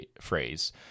phrase